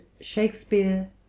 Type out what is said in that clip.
shakespeare